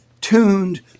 tuned